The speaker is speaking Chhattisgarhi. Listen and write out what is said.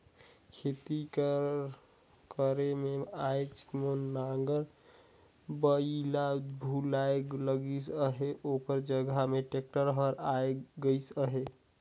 खेती किसानी कर करे में आएज नांगर बइला भुलाए लगिन अहें ओकर जगहा में टेक्टर हर आए गइस अहे